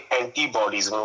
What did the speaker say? antibodies